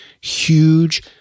huge